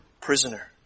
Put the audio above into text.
prisoner